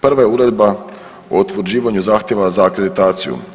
Prva je uredba o utvrđivanju zahtjeva za akreditaciju.